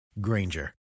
Granger